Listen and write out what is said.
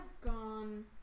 gone